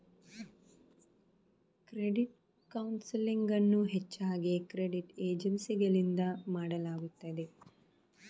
credit counselling ಅನ್ನು ಹೆಚ್ಚಾಗಿ credit ಏಜೆನ್ಸಿಗಳಿಂದ ಮಾಡಲಾಗುತ್ತದೆ